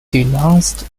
denounced